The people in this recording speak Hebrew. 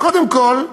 אז קודם כול,